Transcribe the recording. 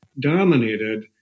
dominated